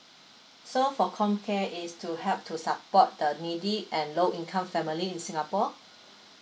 so for comcare is to help to support the needy and low income family in singapore